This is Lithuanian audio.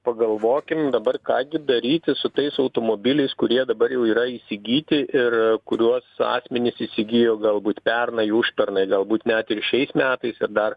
pagalvokim dabar ką gi daryti su tais automobiliais kurie dabar jau yra įsigyti ir kuriuos akmenys įsigijo galbūt pernai užpernai galbūt net ir šiais metais ir dar